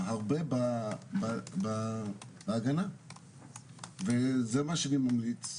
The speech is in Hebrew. הרבה בהגנה וזה מה שאני ממליץ.